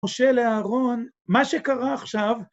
משה לאהרון, מה שקרה עכשיו...